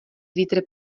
vítr